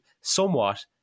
somewhat